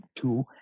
two